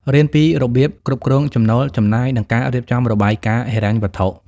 រៀនពីរបៀបគ្រប់គ្រងចំណូល ចំណាយ និងការរៀបចំរបាយការណ៍ហិរញ្ញវត្ថុ។